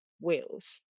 Wales